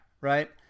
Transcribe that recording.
right